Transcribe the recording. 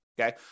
okay